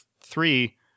three